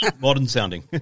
modern-sounding